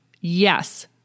Yes